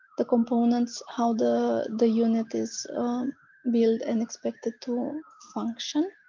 the components how the. the unit is built and expected to function.